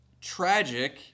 tragic